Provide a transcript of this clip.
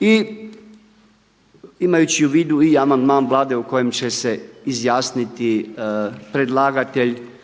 I imajući u vidu i amandman Vlade o kojem će se izjasniti predlagatelj